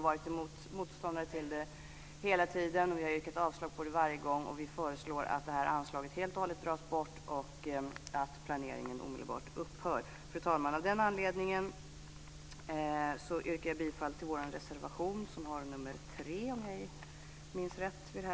Vi har hela tiden varit motståndare till den, och vi föreslår att anslaget till den helt tas bort och att planeringen för den omedelbart upphör. Fru talman! Av denna anledning yrkar jag bifall till reservation nr 3.